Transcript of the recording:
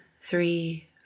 three